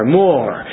more